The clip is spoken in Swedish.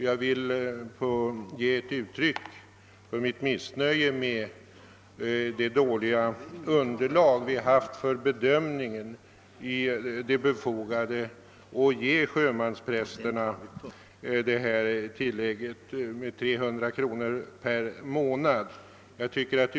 Jag vill därmed ge uttryck för mitt missnöje med det dåliga underlag vi haft för bedömningen av det befogade i att bevilja sjömansprästerna ett tillägg på 300 kronor per månad, som kompensation för bostadskostnad.